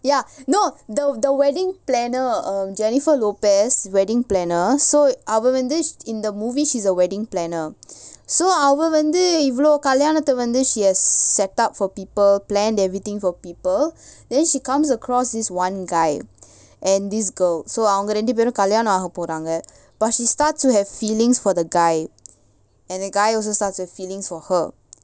ya no the the wedding planner um jennifer lopez wedding planner so அவ வந்து:ava vanthu in the movie she's a wedding planner so அவ வந்து இவளோ கல்யாணத்த வந்து:ava vanthu ivalo kalyaanatha vanthu she has set up for people planned everything for people then she comes across this one guy and this girl so அவங்க ரெண்டு பேரும் கல்யாணம் ஆக போறாங்க:avanga rendu perum kalyaanam aaga poraanga but she starts to have feelings for the guy and the guy also starts to have feelings for her